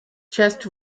chest